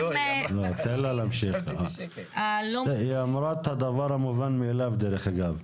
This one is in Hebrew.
היא אמרה את הדבר המובן מאליו, דרך אגב.